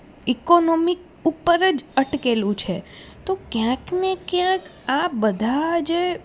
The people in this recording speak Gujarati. ઈકોનોમિક ઉપર જ અટકેલું છે તો ક્યાંકને ક્યાંક આ બધાં જે